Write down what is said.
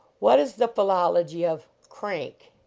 what is the philology of crank?